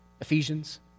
Ephesians